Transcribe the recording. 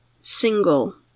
single